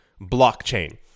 blockchain